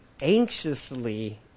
anxiously